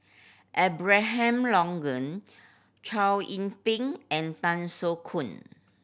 Abraham Logan Chow Ying Ping and Tan Soo Khoon